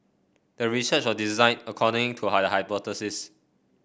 the research was designed according to high the hypothesis